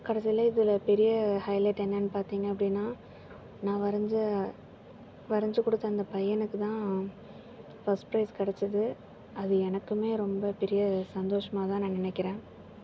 கடைசியில இதில் பெரிய ஹைலைட் என்னென்னு பார்த்திங்க அப்படின்னா நான் வரைஞ்ச வரைஞ்சு கொடுத்த அந்த பையனுக்கு தான் ஃபர்ஸ்ட் ப்ரைஸ் கிடச்சுது அது எனக்குமே ரொம்ப பெரிய சந்தோஷமாக தான் நான் நினைக்கிறேன்